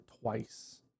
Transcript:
twice